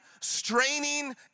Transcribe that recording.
straining